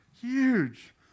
Huge